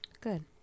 Good